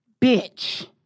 bitch